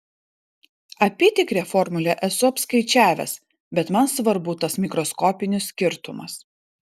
apytikrę formulę esu apskaičiavęs bet man svarbu tas mikroskopinis skirtumas